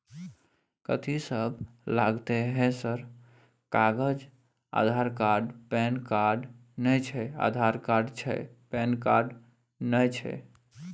कथि सब लगतै है सर कागज आधार कार्ड पैन कार्ड नए छै आधार कार्ड छै पैन कार्ड ना छै?